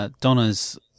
Donna's